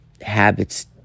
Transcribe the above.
habits